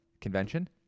convention